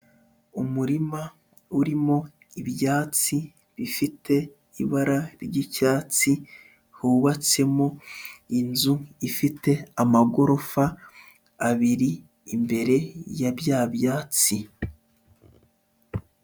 Umurima urimo ibyatsi rifite ibara ry'icyatsi hubatsemo inzu ifite amagorofa abiri imbere ya bya byatsi.